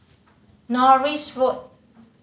Norris Road